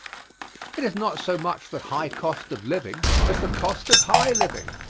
it is not so much the high cost of living as the cost of high living.